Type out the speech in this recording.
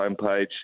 homepage